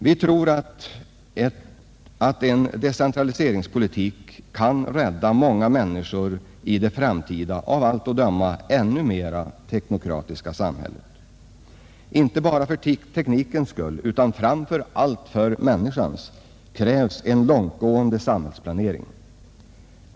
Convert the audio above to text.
Vi tror att en decentraliseringspolitik kan rädda många människor i det framtida av allt att döma ännu mera teknokratiska samhället. Inte bara för teknikens skull utan framför allt för människans krävs en långtgående samhällsplanering.